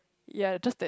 yea just that